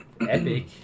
Epic